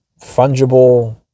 fungible